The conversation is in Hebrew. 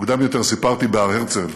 מוקדם יותר סיפרתי בהר הרצל